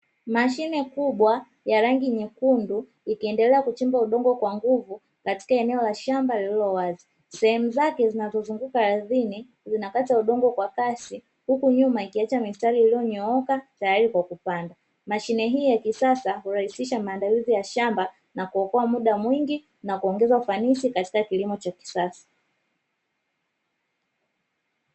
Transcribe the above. Mashine kubwa ya rangi nyekundu ikiendelea kuchimba udongo kwa nguvu, katika eneo la shamba lililowazi sehemu zake zinazozunguka ardhini zinakata udongo kwa kasi, huku nyuma ikiacha mistari iliyonyooka tayari kwa kupanda mashine hii ya kisasa kurahisisha maandalizi ya shamba na kuokoa muda mwingi na kuongeza ufanisi katika kilimo cha kisasa.